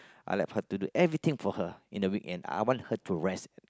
I like her to do everything for her in the weekend I want her to rest